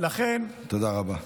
תודה רבה.